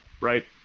right